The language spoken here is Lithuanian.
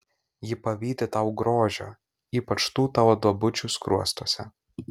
ji pavydi tau grožio ypač tų tavo duobučių skruostuose